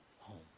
home